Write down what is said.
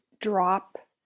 drop